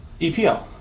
EPL